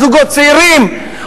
וזוגות צעירים.